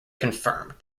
confirmed